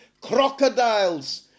CROCODILES